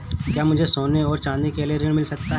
क्या मुझे सोने और चाँदी के लिए ऋण मिल सकता है?